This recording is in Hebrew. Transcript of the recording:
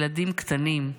ילדים קטנים,